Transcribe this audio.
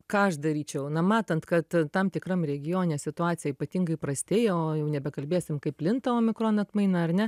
ką aš daryčiau na matant kad tam tikram regione situacija ypatingai prastėja o jau nebekalbėsim kaip plinta omikron atmaina ar ne